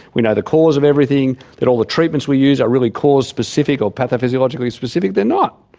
we know the cause of everything, that all the treatments we use are really cause specific or pathophysiologically specific, they're not.